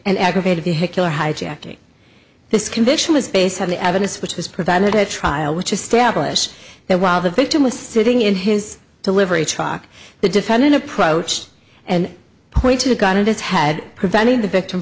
and aggravated vehicular hijacking this conviction was based on the evidence which was provided at trial which establish that while the victim was sitting in his delivery truck the defendant approach and pointed a gun in his head preventing the victim